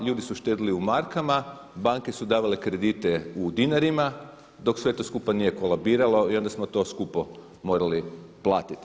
Ljudi su štedili u markama, banke su davale kredite u dinarima dok sve to skupa nije kolabiralo i onda smo to skupo morali platiti.